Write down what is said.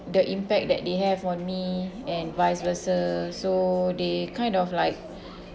the impact that they have on me and vice versa so they kind of like